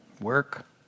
work